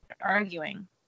arguing